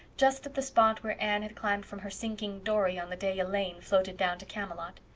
just at the spot where anne had climbed from her sinking dory on the day elaine floated down to camelot.